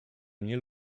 mnie